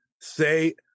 Say